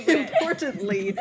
importantly